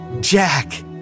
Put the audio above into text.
Jack